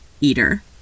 eater